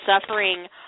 suffering